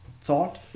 thought